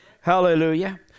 hallelujah